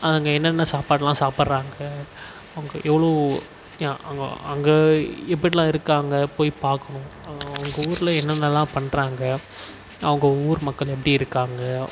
அங்கே என்னென்ன சாப்பாடுலாம் சாப்பிட்றாங்க அங்கே எவ்வளோ யா அங்கே அங்கே எப்பிடிலாம் இருக்காங்க போய் பார்க்கணும் அவங்க ஊரில் என்னென்னலாம் பண்ணுறாங்க அவங்க ஊர் மக்கள் எப்படி இருக்காங்க